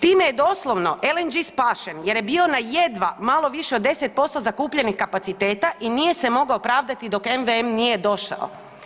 Time je doslovno LNG spašen jer je bio na jedva na malo više od 10% zakupljenih kapaciteta i nije se mogao pravdati dok MVM nije došao.